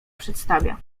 przedstawia